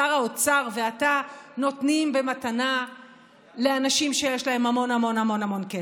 שר האוצר ואתה נותנים במתנה לאנשים שיש להם המון המון המון המון כסף.